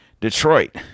Detroit